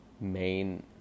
main